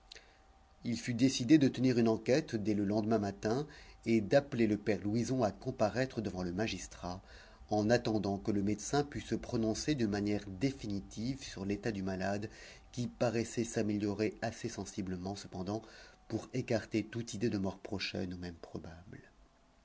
il fut décidé de tenir une enquête dès le lendemain matin et d'appeler le père louison à comparaître devant le magistrat en attendant que le médecin pût se prononcer d'une manière définitive sur l'état du malade qui paraissait s'améliorer assez sensiblement cependant pour écarter toute idée de mort prochaine ou même probable